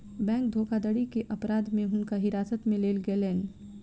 bank धोखाधड़ी के अपराध में हुनका हिरासत में लेल गेलैन